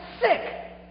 sick